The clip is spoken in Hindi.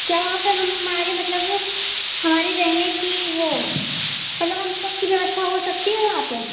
क्या वहाँ पे हमारे मतलब हमारे रहने की वो मतलब हम लोग की व्यवस्था हो सकती है वहाँ पे